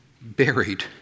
buried